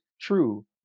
true